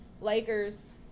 Lakers